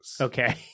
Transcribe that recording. Okay